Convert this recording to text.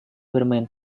bermain